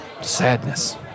Sadness